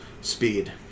Speed